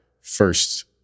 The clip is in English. first